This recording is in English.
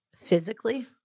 Physically